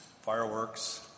Fireworks